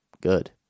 good